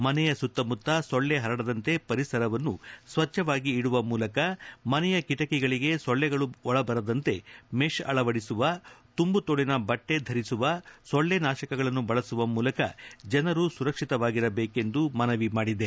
ಮನೆಯ ಸುತ್ತಮುತ್ತ ಸೊಳ್ಳೆ ಪರಡದಂತೆ ಪರಿಸರವನ್ನು ಸ್ವಚ್ವವಾಗಿ ಇಡುವ ಮೂಲಕ ಮನೆಯ ಕಿಟಕಿಗಳಿಗೆ ಸೊಳ್ಳೆಗಳು ಒಳಬರದಂತೆ ಮೆಷ್ ಅಳವಡಿಸುವ ತುಂಬು ತೋಳನ ಬಟ್ಷೆ ಧರಿಸುವ ಸೊಳ್ಳೆ ನಾಶಕಗಳನ್ನು ಬಳಸುವ ಮೂಲಕ ಜನರು ಸುರಕ್ಷಿತವಾಗಿರಬೇಕೆಂದು ಮನವಿ ಮಾಡಿದೆ